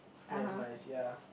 that's nice ya